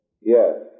Yes